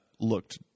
looked